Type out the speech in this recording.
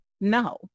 No